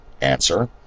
Answer